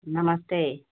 नमस्ते